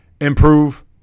Improve